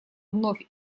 вновь